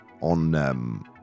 on